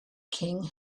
king